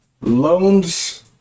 loans